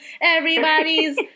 everybody's